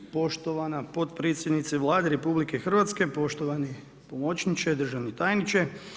Poštovana potpredsjednice Vlade RH, poštovani pomoćniče, državni tajniče.